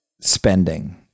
spending